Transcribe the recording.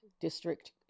District